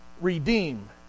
redeem